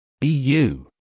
EU